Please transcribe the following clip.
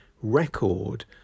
record